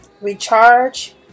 recharge